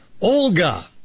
Olga